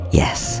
yes